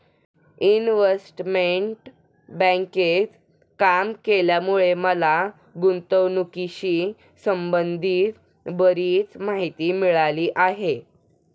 investment बँकेत काम केल्यामुळे मला गुंतवणुकीशी संबंधित बरीच माहिती मिळाली आहे